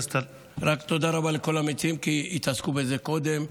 תודה רבה לכל המציעים שהתעסקו בזה קודם,